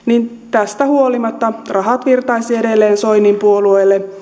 tästä huolimatta rahat virtaisivat edelleen soinin puolueelle